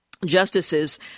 Justices